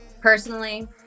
Personally